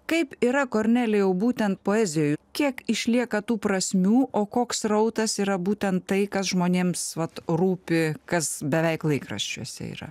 kaip yra kornelijau būtent poezijoj kiek išlieka tų prasmių o koks srautas yra būtent tai kas žmonėms vat rūpi kas beveik laikraščiuose yra